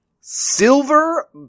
Silver